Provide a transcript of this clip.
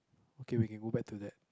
okay we can go back to that